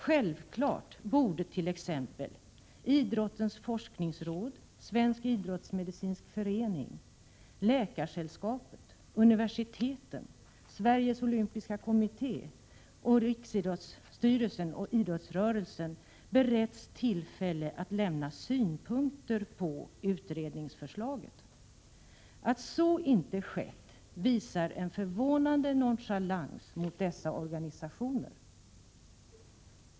Självklart borde t.ex. Idrottens forskningsråd, Svensk idrottsmedicinsk förening, Läkarsällskapet, universiteten, Sveriges olympiska kommitté och riksidrottsstyrelsen ha beretts tillfälle att lämna synpunkter på utredningsförslaget. Att så inte skett visar en förvånande nonchalans mot dessa organisationer.